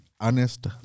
Honest